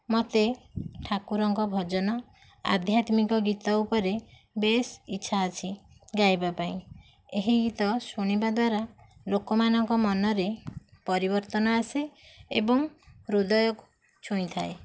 ମୋତେ ଠାକୁରଙ୍କ ଭଜନ ଆଧ୍ୟାତ୍ମିକ ଗୀତ ଉପରେ ବେଶ ଇଚ୍ଛା ଅଛି ଗାଇବା ପାଇଁ ଏହି ଗୀତ ଶୁଣିବାଦ୍ୱାରା ଲୋକମାନଙ୍କ ମନରେ ପରିବର୍ତ୍ତନ ଆସେ ଏବଂ ହୃଦୟକୁ ଛୁଇଁ ଥାଏ